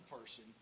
person